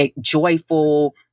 joyful